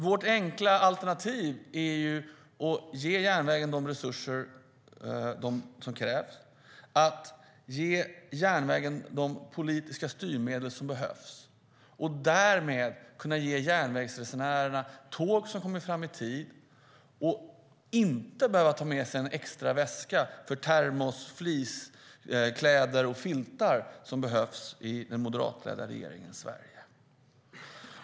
Vårt enkla alternativ är att ge järnvägen de resurser som krävs och de politiska styrmedel som behövs och därmed kunna ge järnvägsresenärerna tåg som kommer fram i tid så att resenärerna inte behöver ta med sig en extra väska för termos, fleecekläder och filtar, vilket behövs i den moderatledda regeringens Sverige.